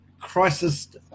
crisis